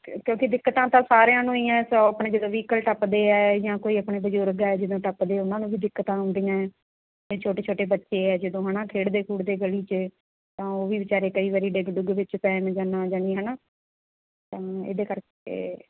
ਕਿਉਂਕਿ ਦਿੱਕਤਾਂ ਤਾਂ ਸਾਰਿਆਂ ਨੂੰ ਹੀ ਹੈ ਸੋ ਆਪਣੇ ਜਦੋਂ ਵੀਕਲ ਟੱਪਦੇ ਹਾਂ ਜਾਂ ਕੋਈ ਆਪਣੇ ਬਜ਼ੁਰਗ ਆ ਜਦੋਂ ਟੱਪਦੇ ਉਹਨਾਂ ਨੂੰ ਵੀ ਦਿੱਕਤਾਂ ਆਉਂਦੀਆਂ ਅਤੇ ਛੋਟੇ ਛੋਟੇ ਬੱਚੇ ਆ ਜਦੋਂ ਹੈ ਨਾ ਖੇਡਦੇ ਖੁਡਦੇ ਗਲੀ 'ਚ ਤਾਂ ਉਹ ਵੀ ਵਿਚਾਰੇ ਕਈ ਵਾਰੀ ਡਿੱਗ ਡੁੱਗ ਵਿੱਚ ਪੈਣ ਨਾ ਜਾਣੀ ਹੈ ਨਾ ਤਾਂ ਇਹਦੇ ਕਰਕੇ